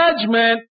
judgment